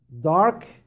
dark